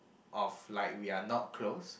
of like we are not close